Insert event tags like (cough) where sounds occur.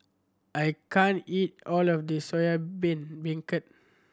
I can't eat all of this Soya (unintelligible) Beancurd